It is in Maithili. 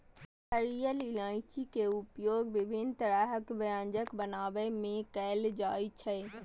हरियर इलायची के उपयोग विभिन्न तरहक व्यंजन बनाबै मे कैल जाइ छै